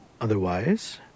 Otherwise